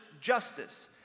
justice